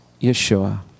Yeshua